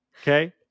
Okay